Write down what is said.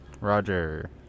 Roger